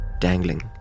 dangling